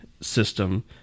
system